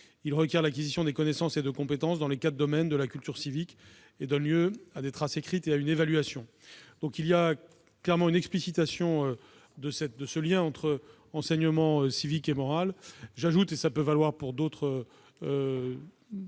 Il requiert l'acquisition de connaissances et de compétences dans les quatre domaines de la culture civique et donne lieu à des traces écrites et à une évaluation. » Il y a donc clairement une explicitation de ce lien entre enseignement civique et moral. J'ajoute, et cela peut valoir pour d'autres